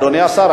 אדוני השר,